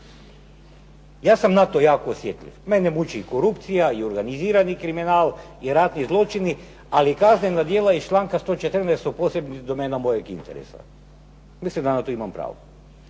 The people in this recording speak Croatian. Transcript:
Ja sam na to jako osjetljiv. Mene muči i korupcija i organizirani kriminal i ratni zločini, ali kaznena djela iz članka 114. su posebna domena mojeg interesa. Mislim da na to imam pravo.